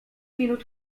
minut